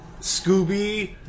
Scooby